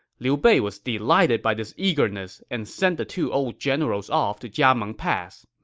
liu bei was delighted by this eagerness and sent the two old generals off to jiameng pass.